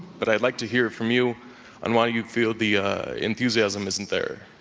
but i'd like to hear from you on why you feel the enthusiasm isn't there?